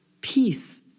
peace